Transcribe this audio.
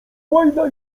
łajna